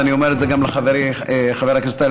ואני אומר את זה גם לחברי חבר הכנסת טלב